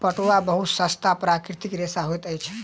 पटुआ बहुत सस्ता प्राकृतिक रेशा होइत अछि